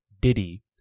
Diddy